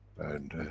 and.